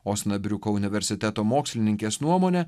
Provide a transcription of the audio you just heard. osnabriuko universiteto mokslininkės nuomone